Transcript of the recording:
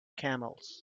camels